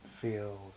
feels